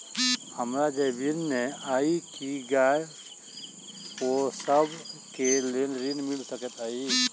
हमरा जमीन नै अई की गाय पोसअ केँ लेल ऋण मिल सकैत अई?